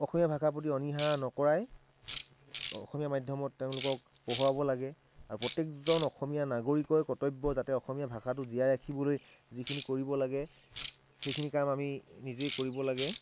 অসমীয়া ভাষাৰ প্ৰতি অনীহা নকৰাই অসমীয়া মাধ্যমত তেওঁলোকক পঢ়ুৱাব লাগে আৰু প্ৰত্যেকজন অসমীয়া নাগৰিকৰ কৰ্তব্য যাতে অসমীয়া ভাষাটো জীয়াই ৰাখিবলৈ যিখিনি কৰিব লাগে সেইখিনি কাম আমি নিজে কৰিব লাগে